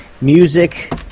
Music